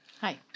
Hi